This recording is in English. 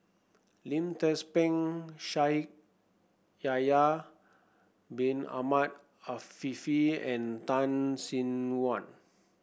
Lim Tze Peng Shaikh Yahya Bin Ahmed Afifi and Tan Sin Aun